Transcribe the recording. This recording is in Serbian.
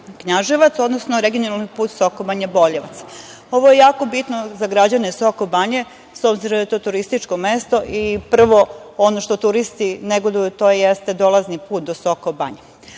Sokobanja-Knjaževac, odnosno regionalni put Sokobanja-Boljevac? Ovo je jako bitno za građane Sokobanje, s obzirom da je to turističko mesto i prvo ono što turisti negoduju, to jeste dolazni put do Sokobanje. Drugu